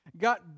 got